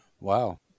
wow